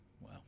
wow